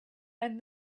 and